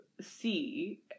see